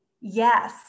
Yes